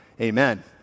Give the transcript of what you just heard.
amen